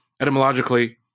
etymologically